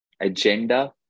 agenda